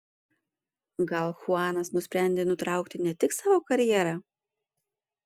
gal chuanas nusprendė nutraukti ne tik savo karjerą